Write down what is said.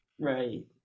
Right